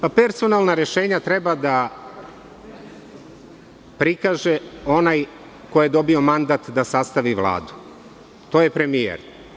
Pa, personalna rešenja treba da prikaže onaj koji je dobio mandat da sastavi Vladu, to je premijer.